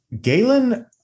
Galen